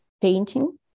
painting